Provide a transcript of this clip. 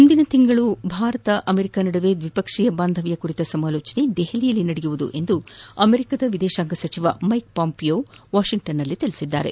ಮುಂದಿನ ತಿಂಗಳ ಭಾರತ ಅಮೆರಿಕ ನಡುವೆ ದ್ವಿಪಕ್ಷೀಯ ಬಾಂಧವ್ಯ ಕುರಿತು ಸಮಾಲೋಚನೆ ನವದೆಹಲಿಯಲ್ಲಿ ನಡೆಯಲಿದೆ ಎಂದು ಅಮೆರಿಕದ ವಿದೇಶಾಂಗ ಸಚಿವ ಮೈಕ್ ಪಾಂಪಿಯೊ ವಾಷಿಂಗ್ಸನ್ನಲ್ಲಿ ಹೇಳಿದ್ದಾರೆ